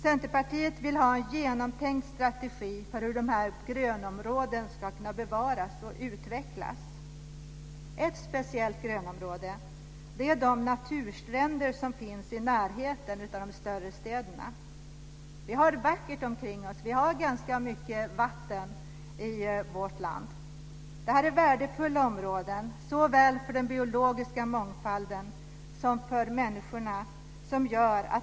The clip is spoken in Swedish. Centerpartiet vill ha en genomtänkt strategi för hur grönområden ska kunna bevaras och utvecklas. Ett speciellt slags grönområde är de naturstränder som finns i närheten av de större städerna. Vi har det vackert omkring oss. Vi har ganska mycket vatten i vårt land. Det är värdefulla områden, såväl för den biologiska mångfalden som för människorna.